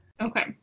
Okay